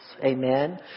Amen